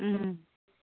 ꯎꯝ